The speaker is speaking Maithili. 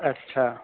अच्छा